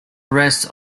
rests